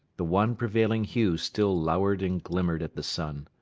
the one prevailing hue still lowered and glimmered at the sun.